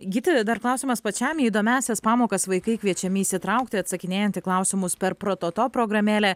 gyti dar klausimas pačiam į įdomiąsias pamokas vaikai kviečiami įsitraukti atsakinėjant į klausimus per prototo programėlę